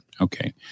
Okay